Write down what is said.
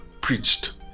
preached